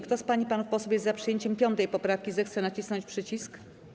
Kto z pań i panów posłów jest za przyjęciem 5. poprawki, zechce nacisnąć przycisk.